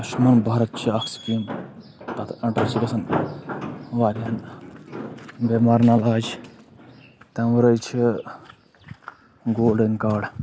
اَشُمَن بھارَت چھِ اَکھ سِکیٖم تَتھ انٛڈَر چھِ گَژھان واریاہَن بٮ۪مارَن علاج تَمہِ وَرٲے چھِ گولڈَن کاڈ